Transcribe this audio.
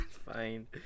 Fine